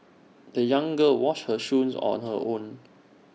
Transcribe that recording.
the young girl washed her shoes on her own